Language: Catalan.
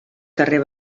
carrer